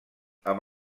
amb